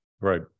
Right